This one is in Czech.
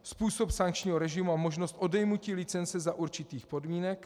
Způsob sankčního režimu a možnost odejmutí licence za určitých podmínek.